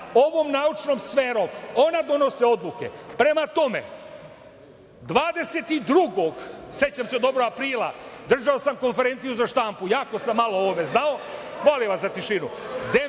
ovom naučnom sferom, ona donose odluke. Prema tome, 22. aprila, sećam se dobro, držao sam konferenciju za štampu, jako sam malo o ovome znao, molim vas za tišinu,